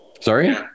sorry